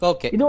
Okay